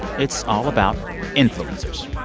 it's all about influencers.